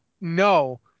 no